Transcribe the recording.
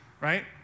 right